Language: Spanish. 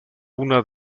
una